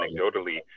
anecdotally